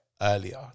earlier